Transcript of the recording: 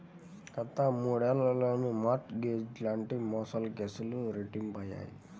గత మూడేళ్లలో mortgage లాంటి మోసాల కేసులు రెట్టింపయ్యాయి